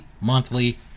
monthly